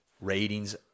Ratings